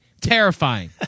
Terrifying